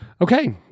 Okay